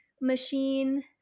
machine